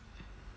mm